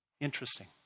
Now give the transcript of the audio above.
Interesting